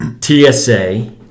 TSA